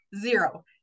zero